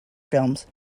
films